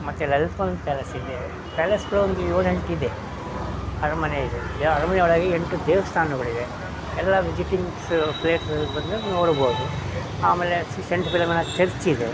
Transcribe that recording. ಮತ್ತೆ ಲಲಿತ್ ಮಹಲ್ ಪ್ಯಾಲೇಸ್ ಇದೆ ಪ್ಯಾಲೇಸ್ ಒಂದು ಏಳು ಎಂಟು ಇದೆ ಅರಮನೆ ಇದೆ ಅರಮನೆ ಒಳಗೆ ಎಂಟು ದೇವಸ್ಥಾನಗಳಿವೆ ಎಲ್ಲ ವಿಸಿಟಿಂಗ್ಸ್ ಪ್ಲೇಸ್ಗಳು ಬಂದರೆ ನೋಡ್ಬೋದು ಆಮೇಲೆ ಸೆಂಟ್ ಫಿಲೊಮಿನಾ ಚರ್ಚ್ ಇದೆ